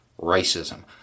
racism